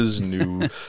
new